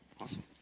Awesome